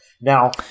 Now